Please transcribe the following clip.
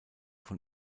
von